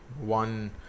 one